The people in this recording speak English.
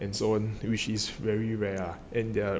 so which is very rare ah and their release